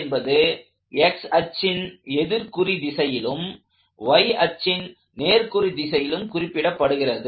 என்பது x அச்சின் எதிர்குறி திசையிலும் y அச்சின் நேர்க்குறி திசையிலும் குறிப்பிடப்படுகிறது